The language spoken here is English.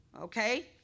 Okay